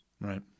Right